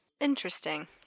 Interesting